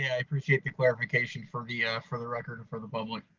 yeah i appreciate the clarification for yeah for the record and for the public.